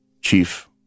chief